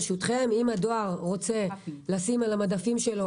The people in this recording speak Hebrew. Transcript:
ברשותכם: אם הדואר רוצה לשים על המדפים שלו